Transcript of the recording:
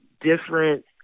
different